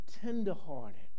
tenderhearted